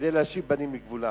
כדי להשיב בנים לגבולם.